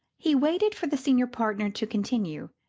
he waited for the senior partner to continue.